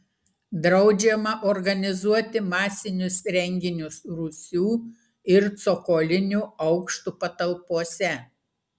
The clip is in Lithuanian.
draudžiama organizuoti masinius renginius rūsių ir cokolinių aukštų patalpose